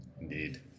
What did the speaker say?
Indeed